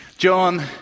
John